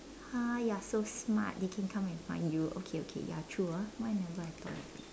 ah you are so smart they can come and find you okay okay ya true ah why I never thought of it